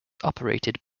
operated